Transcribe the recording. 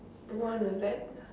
want to let